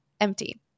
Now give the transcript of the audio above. empty